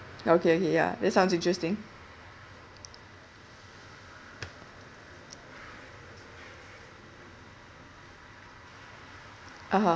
okay okay ya this sounds interesting (uh huh)